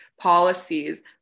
policies